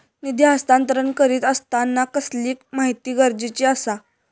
निधी हस्तांतरण करीत आसताना कसली माहिती गरजेची आसा?